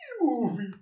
movie